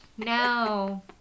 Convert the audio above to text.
no